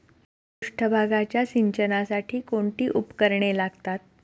पृष्ठभागाच्या सिंचनासाठी कोणती उपकरणे लागतात?